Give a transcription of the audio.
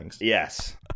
Yes